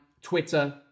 Twitter